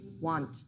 want